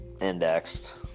indexed